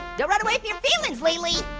don't run away from your peelings, lili.